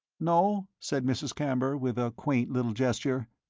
no? said mrs. camber with a quaint little gesture.